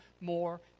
more